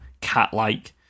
cat-like